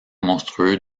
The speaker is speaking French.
monstrueux